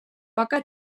poca